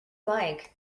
like